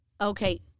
okay